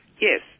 Yes